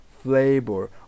flavor